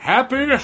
Happy